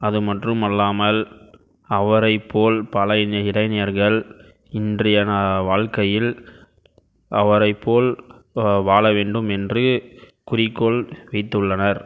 அது மற்றுமல்லாமல் அவரைப் போல் பல இளைஞர்கள் இன்றைய வாழ்க்கையில் அவரைப் போல் வாழ வேண்டும் என்று குறிக்கோள் வைத்துள்ளனர்